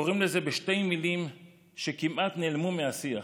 קוראים לזה בשתי מילים שכמעט נעלמו מהשיח: